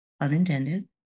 unintended